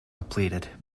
depleted